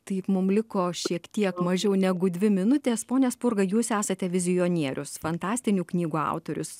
taip mum liko šiek tiek mažiau negu dvi minutės pone spurga jūs esate vizionierius fantastinių knygų autorius